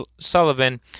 Sullivan